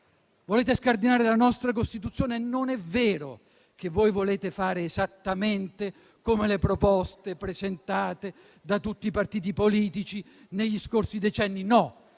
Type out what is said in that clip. volete scardinare la nostra Costituzione. Non è vero che volete fare esattamente quello che proponevano tutti i partiti politici negli scorsi decenni, no,